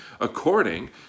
according